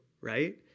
right